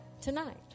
tonight